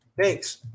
thanks